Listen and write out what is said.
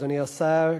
אדוני השר,